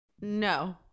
No